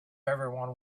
everyone